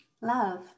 Love